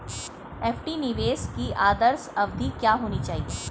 FD निवेश की आदर्श अवधि क्या होनी चाहिए?